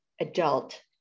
adult